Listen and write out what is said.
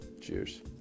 cheers